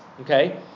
Okay